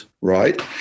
right